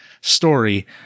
story